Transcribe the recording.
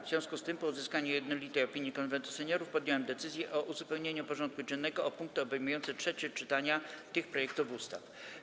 W związku z tym, po uzyskaniu jednolitej opinii Konwentu Seniorów, podjąłem decyzję o uzupełnieniu porządku dziennego o punkty obejmujące trzecie czytania tych projektów ustaw.